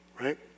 right